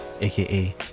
aka